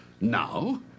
Now